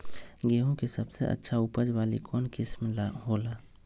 गेंहू के सबसे अच्छा उपज वाली कौन किस्म हो ला?